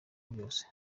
byose